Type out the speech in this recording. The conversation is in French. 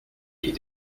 est